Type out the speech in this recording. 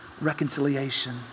reconciliation